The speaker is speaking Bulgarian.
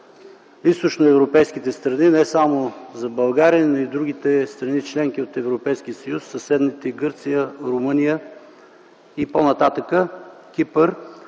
източноевропейските страни, не само за България, но и за другите страни – членки от Европейския съюз: съседните Гърция, Румъния и по-нататък Кипър.